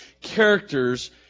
characters